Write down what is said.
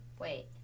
wait